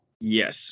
Yes